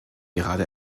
gerade